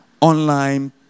online